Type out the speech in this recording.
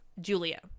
Julia